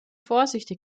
vorsichtig